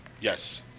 Yes